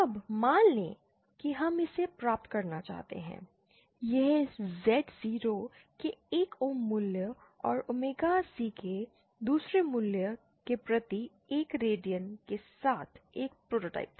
अब मान लें कि हम इसे प्राप्त करना चाहते हैं यह Z0 के 1 ओम मूल्य और ओमेगा C के दूसरे मूल्य के प्रति 1 रेडियन के साथ एक प्रोटोटाइप था